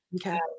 Okay